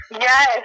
yes